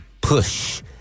push